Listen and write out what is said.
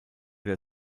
der